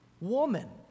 woman